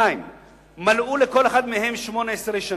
2. מלאו לכל אחד מהם 18 שנים,